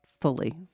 fully